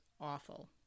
awful